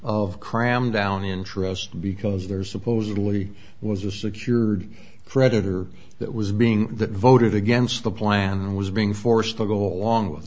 of cram down interest because there's supposedly was a secured predator that was being voted against the plan was being forced to go along with